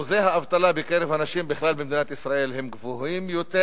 אחוזי האבטלה בקרב הנשים בכלל במדינת ישראל הם גבוהים יותר,